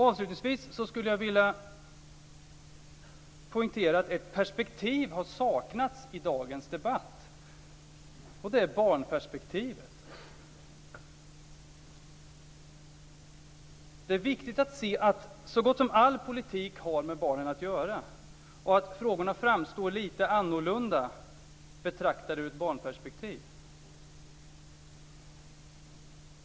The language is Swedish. Avslutningsvis skulle jag vilja poängtera att ett perspektiv har saknats i dagens debatt. Det är barnperspektivet. Det är viktigt att se att så gott som all politik har med barnen att göra och att frågorna framstår lite annorlunda betraktade i barnperspektiv.